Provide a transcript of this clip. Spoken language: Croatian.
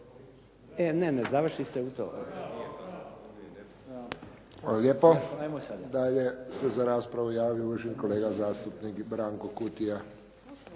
Josip (HSS)** Hvala lijepo. Dalje se za raspravu javio uvaženi kolega zastupnik Branko Kutija.